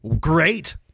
great